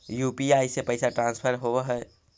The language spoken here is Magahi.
यु.पी.आई से पैसा ट्रांसफर होवहै?